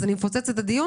אז אני אפוצץ את הדיון?